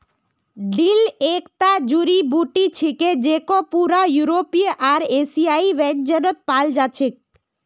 dill एकता जड़ी बूटी छिके जेको पूरा यूरोपीय आर एशियाई व्यंजनत पाल जा छेक